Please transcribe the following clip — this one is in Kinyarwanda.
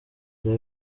jya